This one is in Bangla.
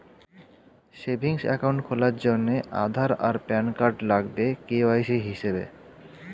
সেভিংস অ্যাকাউন্ট খোলার জন্যে আধার আর প্যান কার্ড লাগবে কে.ওয়াই.সি হিসেবে